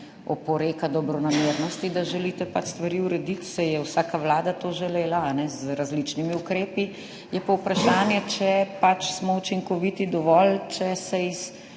oporeka dobronamernosti, da želite stvari urediti, saj je vsaka vlada to želela z različnimi ukrepi. Je pa vprašanje, če smo dovolj učinkoviti, če se iz